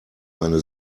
eine